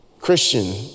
Christian